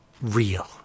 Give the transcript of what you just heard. real